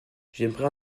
j’aimerais